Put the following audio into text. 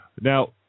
Now